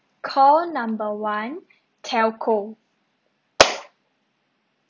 call number one telco